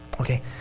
Okay